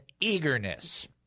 eagerness